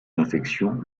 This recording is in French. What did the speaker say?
infections